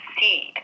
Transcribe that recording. seed